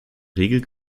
regel